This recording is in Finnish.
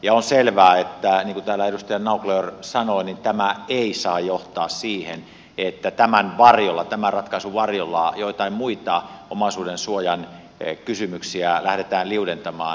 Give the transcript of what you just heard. on selvää niin kuin edustaja naucler sanoi että tämä ei saa johtaa siihen että tämän ratkaisun varjolla joitain muita omaisuudensuojan kysymyksiä lähdetään liudentamaan